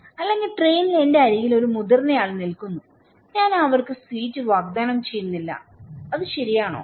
അല്ലെങ്കിൽ ട്രെയിനിൽ എന്റെ അരികിൽ ഒരു മുതിർന്നയാൾ നിൽക്കുന്നു ഞാൻ അവൾക്ക് സീറ്റ് വാഗ്ദാനം ചെയ്യുന്നില്ല അത് ശരിയാണോ